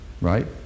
right